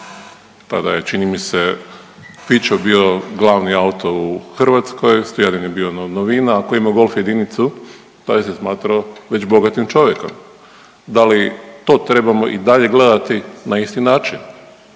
tada je, čini mi se, „Fićo“ bio glavni auto u Hrvatskoj, „Stojadin“ je bio novina, a tko je imao Golf „jedinicu“, taj se smatrao već bogatim čovjekom. Da li to trebamo i dalje gledati na isti način?